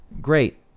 great